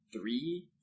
three